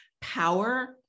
power